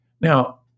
now